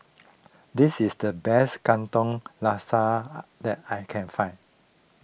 this is the best Katong Laksa that I can find